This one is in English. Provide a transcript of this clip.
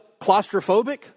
claustrophobic